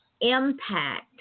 impact